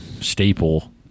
staple